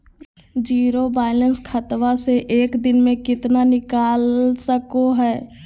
Zero balance खाता से एक दिन में कितना निकाल सको है?